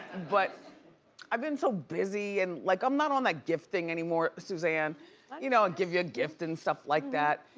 but i've been so busy and like i'm not on that gift thing anymore, suzanne. you know, i'll give you a gift and stuff like that.